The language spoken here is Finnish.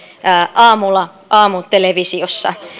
aamulla aamutelevisiossa